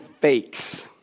fakes